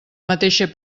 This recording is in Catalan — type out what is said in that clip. mateixa